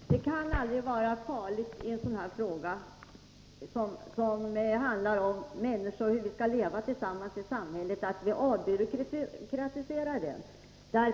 Fru talman! Det kan aldrig vara farligt att avbyråkratisera en sådan här fråga, som handlar om hur vi människor skall leva tillsammans i samhället.